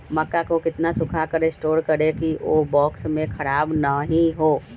मक्का को कितना सूखा कर स्टोर करें की ओ बॉक्स में ख़राब नहीं हो?